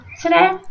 today